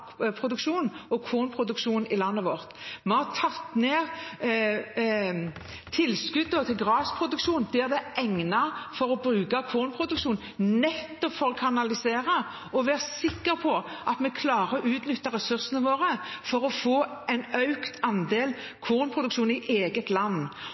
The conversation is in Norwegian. kornproduksjon, i landet vårt. Vi har tatt ned tilskuddet til grasproduksjon der det er egnet for å bruke kornproduksjon, nettopp for å kanalisere og være sikker på at vi klarer å utnytte ressursene våre for å få en økt andel kornproduksjon i eget land.